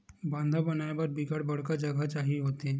बांधा बनाय बर बिकट बड़का जघा चाही होथे